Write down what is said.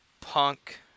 Punk